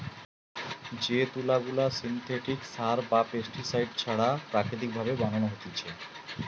যে তুলা গুলা সিনথেটিক সার বা পেস্টিসাইড ছাড়া প্রাকৃতিক ভাবে বানানো হতিছে